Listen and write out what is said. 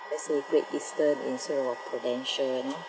let's say great eastern instead of uh prudential you know